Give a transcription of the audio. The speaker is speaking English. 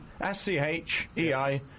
S-C-H-E-I